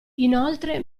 inoltre